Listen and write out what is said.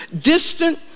Distant